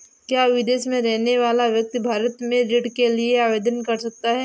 क्या विदेश में रहने वाला व्यक्ति भारत में ऋण के लिए आवेदन कर सकता है?